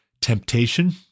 temptation